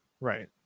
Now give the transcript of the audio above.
Right